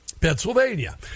Pennsylvania